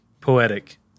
poetic